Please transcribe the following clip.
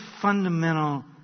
fundamental